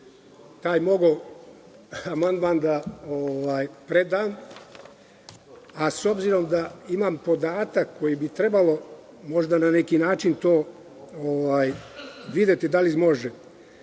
taj amandman da predam. S obzirom da imam podatak koji bi trebalo možda na neki način videti da li može.